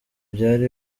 byari